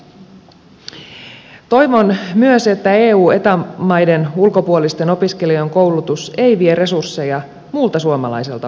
toivon myös että eu ja eta maiden ulkopuolisten opiskelijoiden koulutus ei vie resursseja muulta suomalaiselta opetukselta